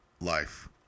Life